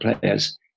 players